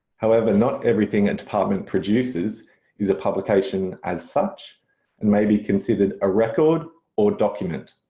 however not everything a department produces is a publication as such and may be considered a record or document.